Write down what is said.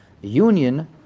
union